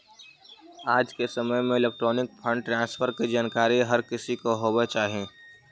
आज के समय में इलेक्ट्रॉनिक फंड ट्रांसफर की जानकारी हर किसी को होवे चाही